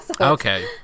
okay